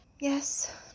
Yes